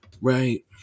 right